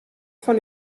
fan